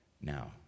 Now